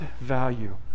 value